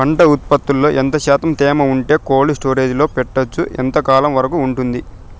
పంట ఉత్పత్తులలో ఎంత శాతం తేమ ఉంటే కోల్డ్ స్టోరేజ్ లో పెట్టొచ్చు? ఎంతకాలం వరకు ఉంటుంది